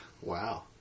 Wow